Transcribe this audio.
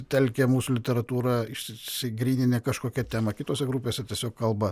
telkia mūsų literatūrą išsigryninę kažkokią temą kitose grupėse tiesiog kalba